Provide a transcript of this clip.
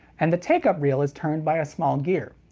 and the take-up reel is turned by a small gear.